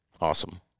Awesome